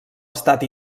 estat